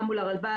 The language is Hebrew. גם מול הרלב"ד,